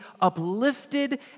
uplifted